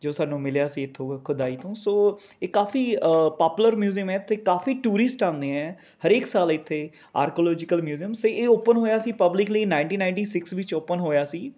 ਜੋ ਸਾਨੂੰ ਮਿਲਿਆ ਸੀ ਇਥੋਂ ਖੁਦਾਈ ਤੋਂ ਸੋ ਇਹ ਕਾਫ਼ੀ ਪਾਪੂਲਰ ਮਿਉਜੀਅਮ ਹੈ ਇੱਥੇ ਕਾਫ਼ੀ ਟੂਰਿਸਟ ਆਉਂਦੇ ਹੈ ਹਰੇਕ ਸਾਲ ਇੱਥੇ ਆਰਕਲੋਜਿਕਲ ਮਿਉਜੀਅਮ ਸੇ ਇਹ ਓਪਨ ਹੋਇਆ ਸੀ ਪਬਲਿਕ ਲਈ ਨਾਈਨਟੀ ਨਾਈਨਟੀ ਸੀਕਸ ਵਿੱਚ ਓਪਨ ਹੋਇਆ ਸੀ